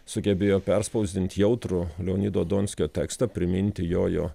sugebėjo perspausdint jautrų leonido donskio tekstą priminti jojo